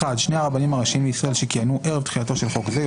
(1) שני הרבנים הראשיים לישראל שכיהנו ערב תחילתו של חוק זה,